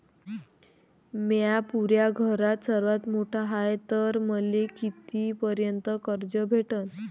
म्या पुऱ्या घरात सर्वांत मोठा हाय तर मले किती पर्यंत कर्ज भेटन?